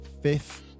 fifth